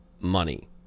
money